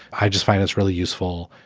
i just find this really useful.